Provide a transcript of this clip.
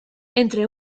entre